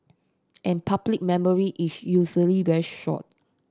and public memory is usually very short